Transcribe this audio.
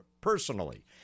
personally